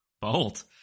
bolt